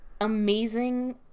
amazing